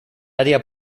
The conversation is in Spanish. área